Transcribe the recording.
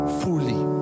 fully